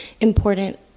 important